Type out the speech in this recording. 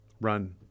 run